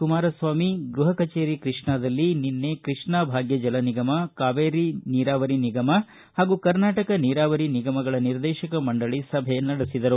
ಕುಮಾರಸ್ವಾಮಿ ಗೃಹ ಕಚೇರಿ ಕೃಷ್ಣಾದಲ್ಲಿ ನಿನ್ನೆ ಕೃಷ್ಣಾ ಭಾಗ್ಯ ಜಲ ನಿಗಮ ಕಾವೇರಿ ನೀರಾವರಿ ನಿಗಮ ಹಾಗೂ ಕರ್ನಾಟಕ ನೀರಾವರಿ ನಿಗಮಗಳ ನಿರ್ದೇಶಕ ಮಂಡಳಿ ಸಭೆ ನಡೆಸಿದರು